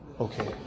Okay